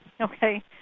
okay